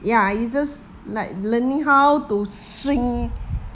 ya you just like learning how to swing